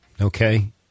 Okay